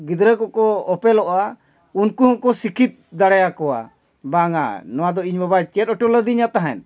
ᱜᱤᱫᱽᱨᱟᱹ ᱠᱚᱠᱚ ᱚᱯᱮᱞᱚᱜᱼᱟ ᱩᱱᱠᱩ ᱦᱚᱸᱠᱚ ᱥᱤᱠᱷᱤᱛ ᱫᱟᱲᱮ ᱟᱠᱚᱣᱟ ᱵᱟᱝᱼᱟ ᱱᱚᱣᱟ ᱫᱚ ᱤᱧ ᱵᱟᱵᱟᱭ ᱪᱮᱫ ᱚᱴᱚ ᱞᱟᱹᱫᱤᱧᱟᱹ ᱛᱟᱦᱮᱱ